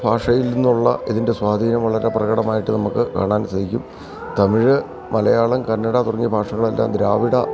ഭാഷയിൽ നിന്നുള്ള ഇതിൻ്റെ സ്വാധീനം വളരെ പ്രകടമായിട്ട് നമുക്ക് കാണാൻ സാധിക്കും തമിഴ് മലയാളം കന്നഡ തുടങ്ങിയ ഭാഷകളെല്ലാം ദ്രാവിഡ